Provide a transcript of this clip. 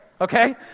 Okay